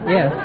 Yes